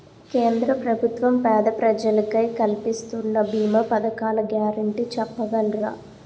కేంద్ర ప్రభుత్వం పేద ప్రజలకై కలిపిస్తున్న భీమా పథకాల గ్యారంటీ చెప్పగలరా?